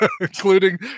including